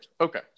okay